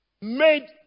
made